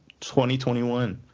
2021